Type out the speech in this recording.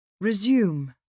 Resume